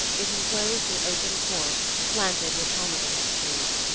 it enclosed an open court planted with pomegranate trees.